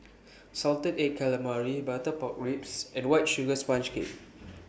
Salted Egg Calamari Butter Pork Ribs and White Sugar Sponge Cake